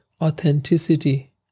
authenticity